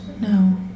No